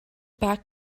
back